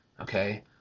okay